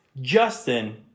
Justin